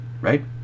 right